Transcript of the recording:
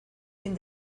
fin